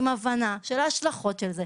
עם ההבנה של ההשלכות של זה.